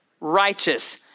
righteous